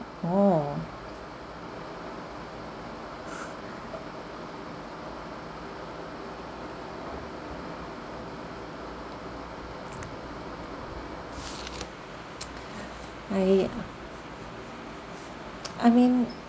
oh I I mean